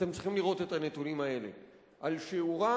אתם צריכים לראות את הנתונים האלה על שיעורם